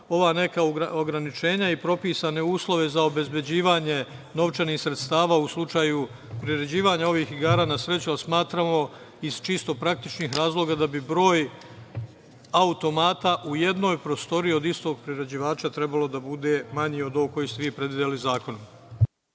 ova neka ograničenja i propisane uslove za obezbeđivanje novčanih sredstava u slučaju priređivanja ovih igara na sreću, ali smatramo, iz čisto praktičnih razloga, da bi broj automata u jednoj prostoriji od istog priređivača trebalo da bude manji od ovog koji ste vi predvideli zakonom.